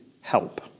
help